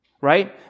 right